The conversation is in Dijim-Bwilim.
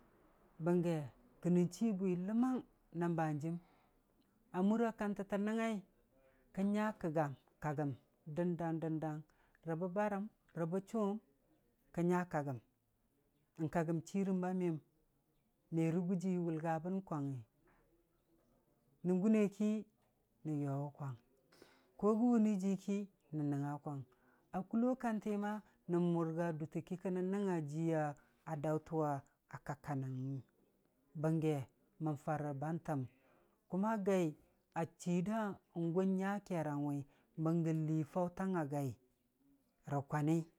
Bəngge kənən chii bwi ləmmang, nən ban hanjiim, a mura kantə tən nəngngai, kən nya kəgang kagəm dən dang dən dang, rə bə bardom rə bə chʊwʊm, kən nya kagəm, n'kagəm chiirəm ba miyəm, me rə gujii wʊlgabəi kwangngi, nən gune ki nən yowu kwang, kogən wunɨ ji, ki nən nəngnga kwang, a kullo kanti ma, nən mʊrga dutə ki kənəu nəngugo jiiya daʊtən wi a kak ka nənəngngi, bəngge mən farə bəm kagəm, kuma gai a chii da gʊn nya kergan wi bəngən lii faʊtang a gai rakwa nai.